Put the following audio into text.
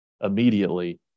immediately